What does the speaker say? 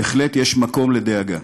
בהחלט יש מקום לדאגה.